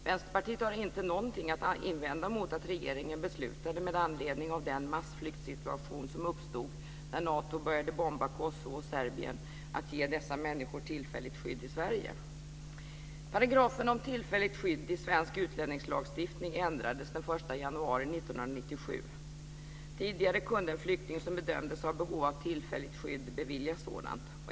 Vänsterpartiet har inte något att invända mot att regeringen beslutade, med anledning av den massflyktsituation som uppstod när Nato började bomba Kosovo och Serbien, att ge dessa människor tillfälligt skydd i Sverige. Paragrafen om tillfälligt skydd i svensk utlänningslagstiftning ändrades den 1 januari 1997. Tidigare kunde en flykting som bedömdes ha behov av tillfälligt skydd beviljas sådant.